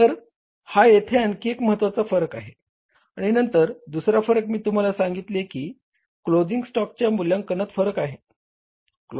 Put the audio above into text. तर हा येथे आणखी एक महत्त्वाचा फरक आहे आणि नंतर दुसरा फरक मी तुम्हाला सांगितले की क्लोजिंग स्टॉकच्या मूल्यांकनात फरक आहे